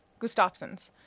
Gustafsons